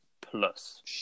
plus